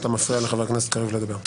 אתה מפריע לחבר הכנסת קריב לדבר.